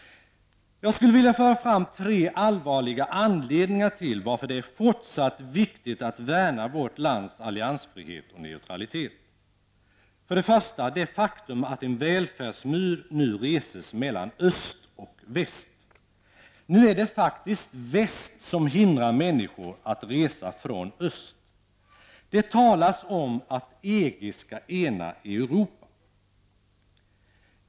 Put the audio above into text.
Jag skulle vilja föra fram tre allvarliga anledningar till att det är fortsatt viktigt att värna vårt lands alliansfrihet och neutralitet. 1. Det faktum att en välfärdsmur nu reses mellan öst och väst. Nu är det faktiskt väst som hindrar människor att resa från öst. Det talas om att EG skall ena Europa.